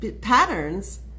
patterns